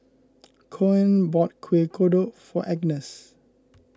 Koen bought Kuih Kodok for Agness